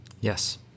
Yes